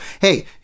hey